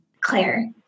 Claire